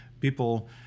People